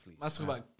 please